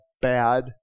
bad